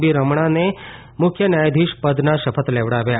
વી રમણાને મુખ્ય ન્યાયાધીશ પદના શપથ લેવડાવ્યા